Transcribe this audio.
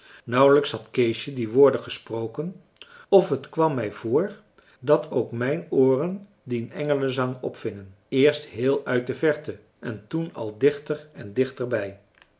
nauwelijks had keesje die woorden gesproken of het kwam mij voor dat ook mijn ooren dien engelenzang opvingen eerst heel uit de verte en toen al dichter en dichter